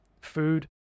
food